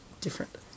different